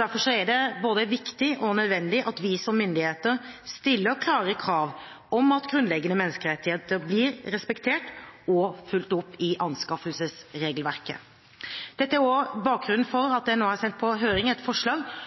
Derfor er det både viktig og nødvendig at vi som myndigheter stiller klare krav om at grunnleggende menneskerettigheter blir respektert og fulgt opp i anskaffelsesregelverket. Dette er bakgrunnen for at jeg nå har sendt på høring et forslag